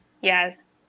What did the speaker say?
Yes